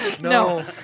No